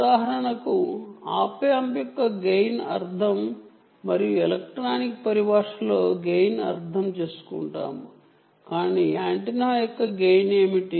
ఉదాహరణకు op amp యొక్క gain అర్థం చేసుకోవాలి మరియు ఎలక్ట్రానిక్ పరిభాషలో గెయిన్ ని అర్థం చేసుకోవాలి కాని యాంటెన్నా యొక్క గెయిన్ ఏమిటి